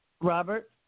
Robert